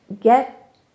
get